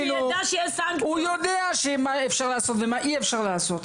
הוא יודע מה אפשר לעשות ומה אי אפשר לעשות,